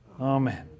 Amen